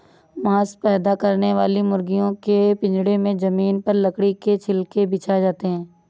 मांस पैदा करने वाली मुर्गियों के पिजड़े में जमीन पर लकड़ी के छिलके बिछाए जाते है